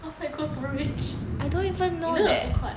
outside cold storage you know the food court